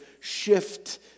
shift